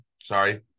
Sorry